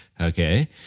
okay